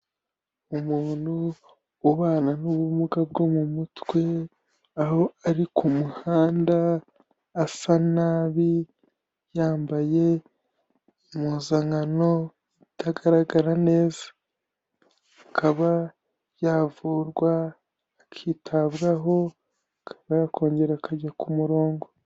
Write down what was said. Umuntu ubana n'ubumuga bwo mu mutwe, aho ari ku muhanda asa nabi yambaye impuzankano itagaragara neza, akaba yavurwa akitabwaho, akaba yakongera akajya ku murongo.